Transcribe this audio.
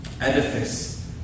edifice